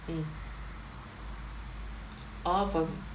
mm orh from